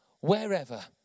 wherever